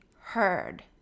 heard